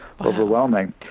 overwhelming